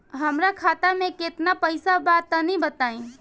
हमरा खाता मे केतना पईसा बा तनि बताईं?